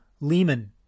Lehman